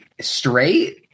Straight